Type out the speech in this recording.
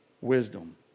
Wisdom